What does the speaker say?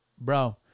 bro